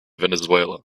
venezuela